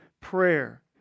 prayer